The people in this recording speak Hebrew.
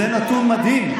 זה נתון מדהים.